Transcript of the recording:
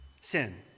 sin